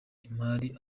imari